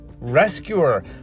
rescuer